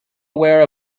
aware